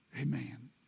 Amen